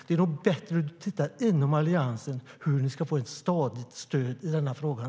Det är nog bättre om du tittar inom Alliansen för att se hur ni ska få ett stadigt stöd i den frågan.